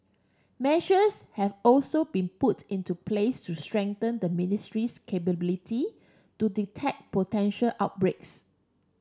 measures have also been put into place to strengthen the ministry's capability to detect potential outbreaks